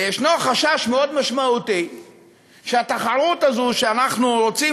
יש חשש משמעותי מאוד שהתחרות הזו שאנחנו רוצים